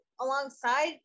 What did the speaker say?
alongside